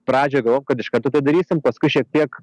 pradžioj galvojom kad iš karto tai darysim paskui šiek tiek